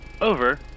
Over